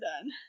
done